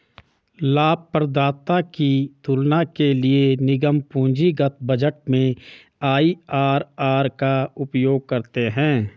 लाभप्रदाता की तुलना के लिए निगम पूंजीगत बजट में आई.आर.आर का उपयोग करते हैं